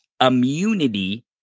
immunity